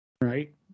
Right